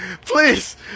please